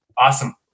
Awesome